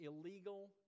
illegal